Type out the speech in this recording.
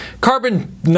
carbon